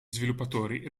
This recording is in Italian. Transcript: sviluppatori